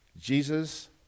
Jesus